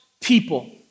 people